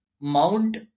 Mount